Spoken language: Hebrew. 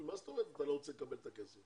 מה זאת אומרת אתה לא רוצה לקבל את הכסף?